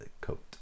coat